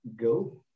Go